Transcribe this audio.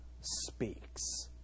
speaks